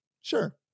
sure